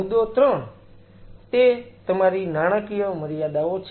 મુદ્દો 3 તે તમારી નાણાકીય મર્યાદાઓ છે